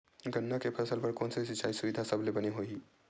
गन्ना के फसल बर कोन से सिचाई सुविधा सबले बने होही?